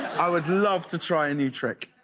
i would love to try a new trick.